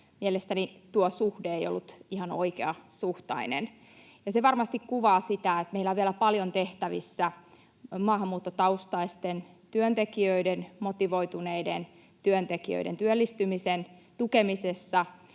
Mielestäni tuo suhde ei ollut ihan oikeasuhtainen. Se varmasti kuvaa sitä, että meillä on vielä paljon tehtävissä maahanmuuttotaustaisten työntekijöiden, motivoituneiden työntekijöiden, työllistymisen tukemisessa